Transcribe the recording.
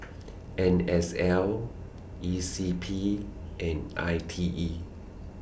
N S L E C P and I T E